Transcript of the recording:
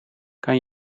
kan